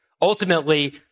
Ultimately